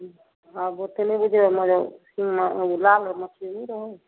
आब ओतेक नहि बुझैए मगर लाल आओर मछरी नहि रहै हइ